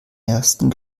ersten